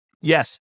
Yes